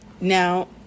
Now